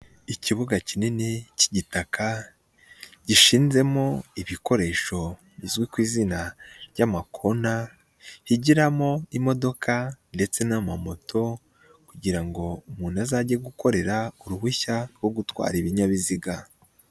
Ikibuga kinini k'igitaka gishinzemo ibikoresho bizwi ku izina ry'amakona higiramo imodoka ndetse n'amamoto kugira ngo umuntu azajye gukorera uruhushya rwo gutwara ibinyabiziga.